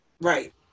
right